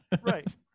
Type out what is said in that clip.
Right